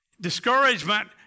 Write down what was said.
discouragement